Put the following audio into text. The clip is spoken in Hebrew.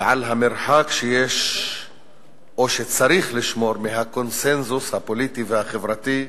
ועל המרחק שיש או שצריך לשמור מהקונסנזוס הפוליטי והחברתי,